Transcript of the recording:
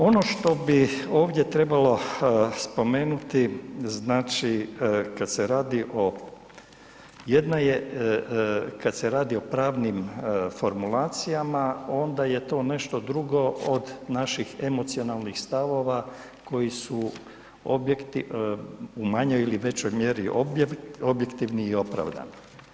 Ono što bi ovdje trebalo spomenuti, znači kad se radi o, jedna je kad se radi o pravnim formulacijama, onda je to nešto drugo od naših emocionalnih stavova koji su objektiv, u manjoj ili većoj mjeri objektivni i opravdani.